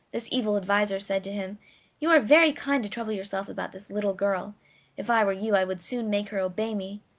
this evil adviser said to him you are very kind to trouble yourself about this little girl if i were you i would soon make her obey me.